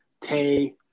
Tay